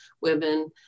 women